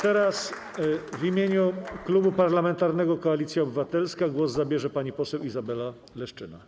Teraz w imieniu Klubu Parlamentarnego Koalicja Obywatelska głos zabierze pani poseł Izabela Leszczyna.